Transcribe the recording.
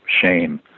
shame